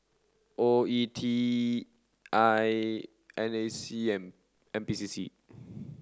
O E T I N A C and N P C C